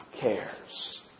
cares